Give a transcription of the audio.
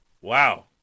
Wow